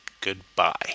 Goodbye